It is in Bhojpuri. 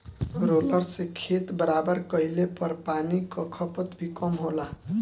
रोलर से खेत बराबर कइले पर पानी कअ खपत भी कम होला